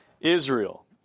Israel